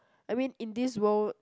I mean in this world